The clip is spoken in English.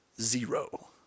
Zero